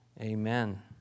Amen